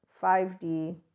5D